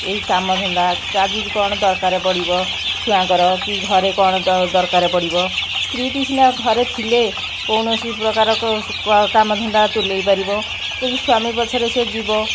ଏଇ କାମ ଧନ୍ଦା କିଛି କ'ଣ ଦରକାର ପଡ଼ିବ ଛୁଆଙ୍କର କି ଘରେ କ'ଣ ଦରକାର ପଡ଼ିବ ସ୍ତ୍ରୀ ଟି ସିନା ଘରେ ଥିଲେ କୌଣସି ପ୍ରକାର କାମ ଧନ୍ଦା ତୁଲାଇ ପାରିବ ଯଦି ସ୍ବାମୀ ପଛରେ ସେ ଯିବ